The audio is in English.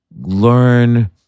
learn